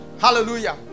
hallelujah